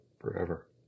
forever